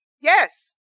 Yes